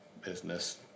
business